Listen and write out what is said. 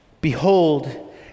Behold